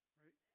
right